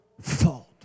fault